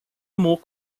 more